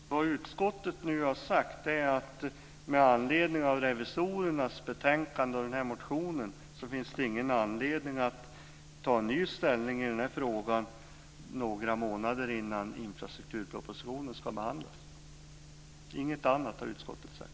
Fru talman! Vad utskottet har sagt är att det inte finns någon anledning att på grund av revisorernas betänkande och den här motionen ta en ny ställning i frågan någon månad innan infrastrukturpropositionen ska behandlas. Utskottet har inte sagt något annat.